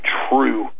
true